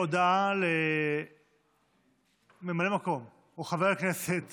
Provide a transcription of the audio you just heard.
הודעה לממלא מקום, או חבר הכנסת